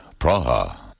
Praha